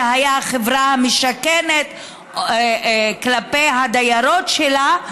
למשל החברה המשכנת כלפי הדיירות שלה,